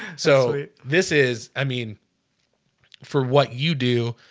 so this is i mean for what you do?